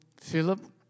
Philip